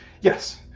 Yes